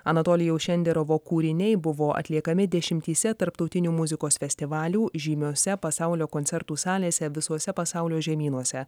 anatolijaus šenderovo kūriniai buvo atliekami dešimtyse tarptautinių muzikos festivalių žymiose pasaulio koncertų salėse visuose pasaulio žemynuose